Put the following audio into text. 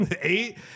Eight